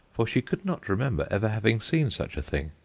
for she could not remember ever having seen such a thing.